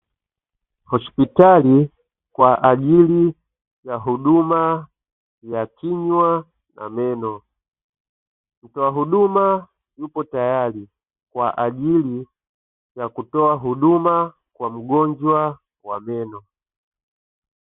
Hospitali kwa ajili ya huduma ya kinywa na meno. Mtoa huduma yupo tayari kwa ajili ya kutoa huduma kwa mgonjwa wa meno.